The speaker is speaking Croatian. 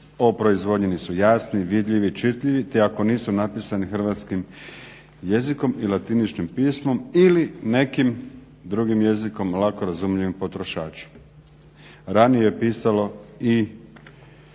proizvodnji nisu jasni, vidljivi, čitljivi, te ako nisu napisani hrvatskim jezikom i latiničnim pismom ili nekim drugim jezikom lako razumljivo potrošaču. Ranije je pisalo i